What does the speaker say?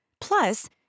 plus